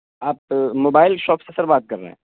آپ mobile shop سے sir بات کر رہے ہیں